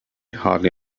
hardly